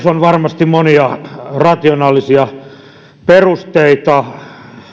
on varmasti monia rationaalisia perusteita